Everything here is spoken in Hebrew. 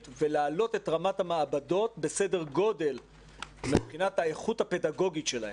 ולהעלות את רמת המעבדות בסדר גודל מבחינת האיכות הפדגוגית שלהם.